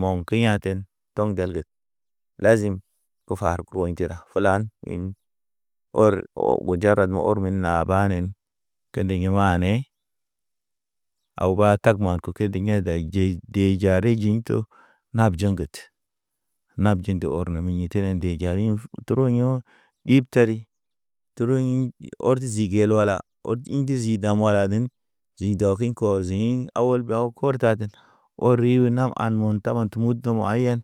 Mɔŋ ke ya̰ ten tɔŋ ŋgel ged lazim fo far pɔɲ teda fulan in, or o gunja rag me or me nabanen. Kendigi maane. Aw ba tagma ko ke yḛ day jey, de jare jiɲto nap jeŋget. Nap jende ɔr ne me tene nde njari u troyo̰ ip tari, tro iɲ ɔrti zi gel wala. Ɔr in de zi dam walanen, ziŋ dɔ kiŋ kɔ zihiŋ aw wolba kɔr taten. Ori yu nam an munta te mud domo̰ ayiyen,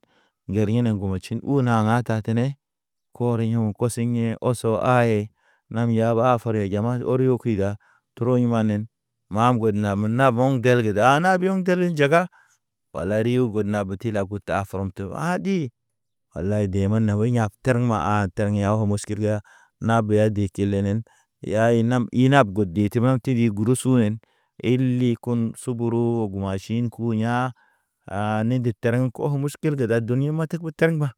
ger ini ŋgumu tʃi naha ta tene. Kɔr yo̰ koso yḛ oso a ye, nam ya ba a fere jamad oriyo kuwi da. Tro imanen, mam god nam naɓonge, del ge da nabyom tel ge njega. Wala riwu god nabuti lakuta a from te a ɗi. Walay de men yag terma ha ter yaho musgirga. Na be ya de kilenen, yaye nam inap go de timam. Tidi gurusu hen, eli kun suburu maʃin ku ya̰ an ne terḛŋ kuwa muskilge. Kilge da duni ma tek be tar mba,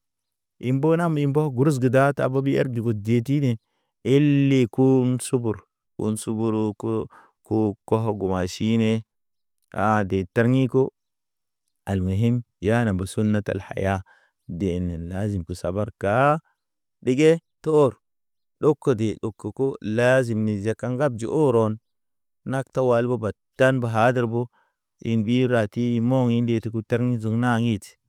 imbo nam imbo gurusu ge data ta be ge er bibo diye tine. Eli ko subur, on suburo ko o kuwa guma ʃine. A de tarɲi ko, alme yim yana mbe sul neta haya, de ne nazim ke sabarkaa. Ɗige tor ɗok kodi ɗok koko lazim ne kaŋgab ji orɔn. Nakta wal bo batan be hadrə bo indi rati mɔŋ inde kuta terŋ zug na